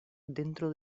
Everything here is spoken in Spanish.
dentro